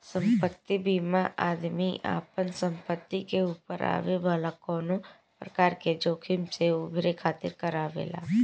संपत्ति बीमा आदमी आपना संपत्ति के ऊपर आवे वाला कवनो प्रकार के जोखिम से उभरे खातिर करावेला